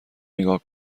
نیگا